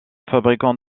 fabricant